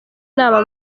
inama